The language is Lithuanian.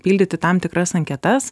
pildyti tam tikras anketas